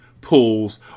pools